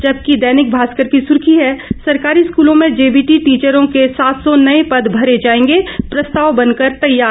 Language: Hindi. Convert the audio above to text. जबकि दैनिक भास्कर की सुर्खी है सरकारी स्कूलों में जेबीटी टीचरों के सात सौ नए पद भरे जाएंगे प्रस्ताव बनकर तैयार